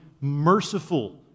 merciful